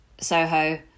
Soho